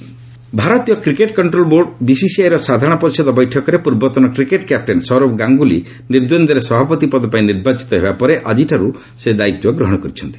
ଗାଙ୍ଗୁଲି ଭାରତୀୟ cricket control board ବିସିସିଆଇର ସାଧାରଣ ପରିଷଦ ବୈଠକରେ ପୂର୍ବତନ କ୍ରିକେଟ୍ କ୍ୟାପଟେନ୍ ସୌରଭ ଗାଙ୍ଗୁଲି ନିର୍ଦ୍ଦେନ୍ଦ୍ୱରେ ସଭାପତି ପଦ ପାଇଁ ନିର୍ବାଚିତ ହେବା ପରେ ଆଜିଠାରୁ ସେ ଦାୟିତ୍ୱ ଗ୍ରହଣ କରିଛନ୍ତି